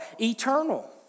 eternal